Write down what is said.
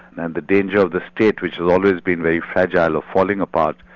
and the danger of the state, which has always been very fragile, or falling apart,